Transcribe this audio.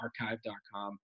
archive.com